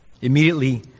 Immediately